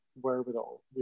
wherewithal